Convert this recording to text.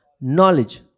knowledge